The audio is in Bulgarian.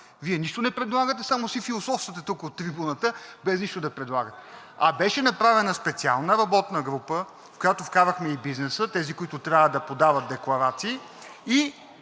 Вие нищо не предлагате, а само си философствате тука от трибуната, без нищо да предлагате. Беше направена специална работна група, в която вкарахме и бизнеса, тези, които трябва да подават декларации, и